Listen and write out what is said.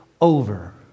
over